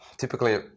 typically